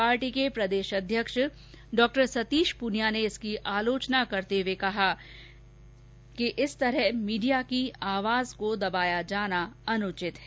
party के प्रदेश अध्यक्ष डॉ सतीश पूनिया ने इसकी आलोचना करते हुए कहा कि इस तरह मीडिया की आवाज को दबाया जाना अनुचित है